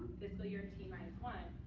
fiscal year t minus one,